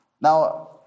Now